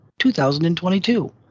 2022